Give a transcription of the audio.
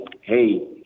hey